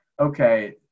okay